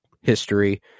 history